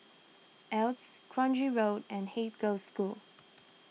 Altez Kranji Road and Haig Girls' School